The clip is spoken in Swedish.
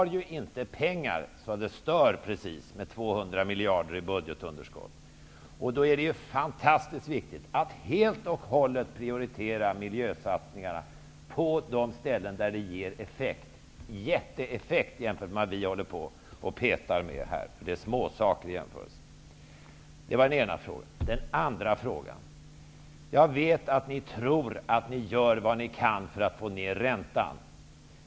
Vi har inte pengar så det stör precis -- vi har ju 200 miljarder i budgetunderskott. Därför är det fantastiskt viktigt att helt och hållet prioritera miljösatsningarna på de ställen där de ger en jätteeffekt jämfört med vad vi här håller på och petar med, för det är småsaker i den jämförelsen. Vidare vet jag att ni tror att ni gör vad ni kan för att få ner räntan.